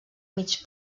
mig